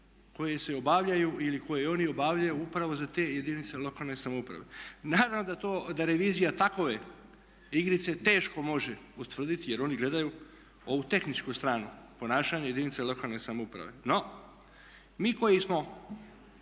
koji se obavljaju ili koje oni obavljaju upravo za te jedinice lokalne samouprave. Naravno da to, da revizija takove igrice teško može utvrditi jer oni gledaju ovu tehničku stranu ponašanja jedinice lokalne samouprave. No, mi koji smo